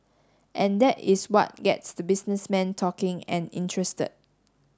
and that is what gets the businessmen talking and interested